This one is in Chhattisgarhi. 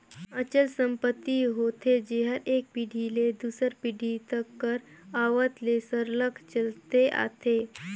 अचल संपत्ति होथे जेहर एक पीढ़ी ले दूसर पीढ़ी तक कर आवत ले सरलग चलते आथे